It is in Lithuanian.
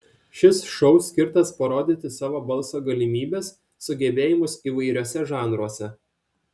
šis šou skirtas parodyti savo balso galimybes sugebėjimus įvairiuose žanruose